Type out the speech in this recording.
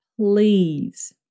please